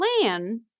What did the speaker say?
plan